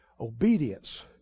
Obedience